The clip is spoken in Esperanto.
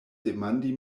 demandi